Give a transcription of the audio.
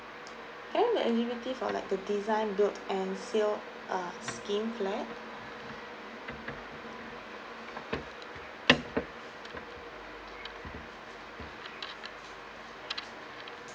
can I know eligibility for like the design build and sell um scheme flat